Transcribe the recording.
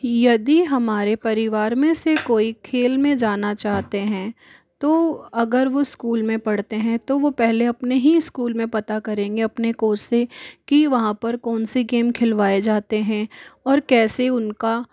यदि हमारे परिवार में से कोई खेल में जाना चाहते हैं तो अगर वो स्कूल में पढ़ते हैं तो वो पहले अपने ही स्कूल में पता करेंगे अपने कोच से कि वहाँ पर कौन से गेम खिलवाए जाते हैं और कैसे उनका